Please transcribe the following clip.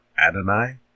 Adonai